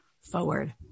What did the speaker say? forward